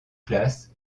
classes